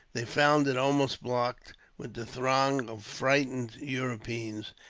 they found it almost blocked with the throng of frightened europeans,